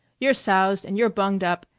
you're soused and you're bunged up,